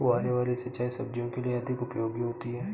फुहारे वाली सिंचाई सब्जियों के लिए अधिक उपयोगी होती है?